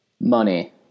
Money